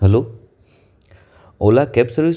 hello Ola cab સર્વિસમાંથી બોલો છો